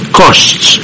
costs